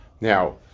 Now